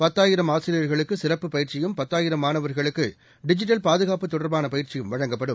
பத்தாயிரம் ஆசிரியர்களுக்குசிறப்பு பயிற்சியும் பத்தாயிரம் மாணவர்களுக்கு டிஜிட்டல் பாதுகாப்பு தொடர்பானபயிற்சியும் வழங்கப்படும்